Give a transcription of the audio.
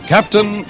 Captain